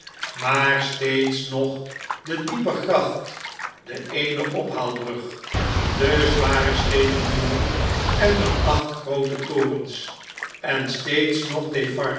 maar steeds nog de diepe gracht de eene ophaalbrug de zware steenen muren en de acht groote torens en steeds nog